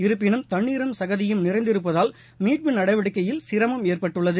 இருப்பினும் தண்ணீரும் சகதியும் நிறைந்திருப்பதால் மீட்பு நடவடிக்கையில் சிரமம் ஏற்பட்டுள்ளது